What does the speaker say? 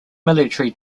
military